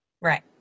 Right